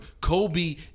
Kobe